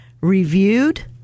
reviewed